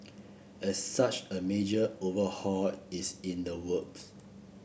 as such a major overhaul is in the works